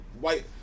white